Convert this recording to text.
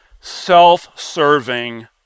self-serving